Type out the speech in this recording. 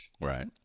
Right